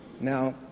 Now